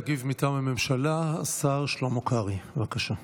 יגיב מטעם הממשלה השר שלמה קרעי, בבקשה.